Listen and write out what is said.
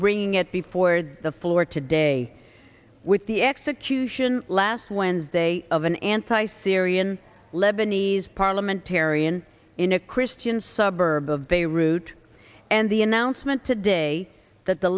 bringing it before the floor today with the execution last wednesday of an anti syrian lebanese parliament tarion in a christian suburb of beirut and the announcement today that the